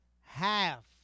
half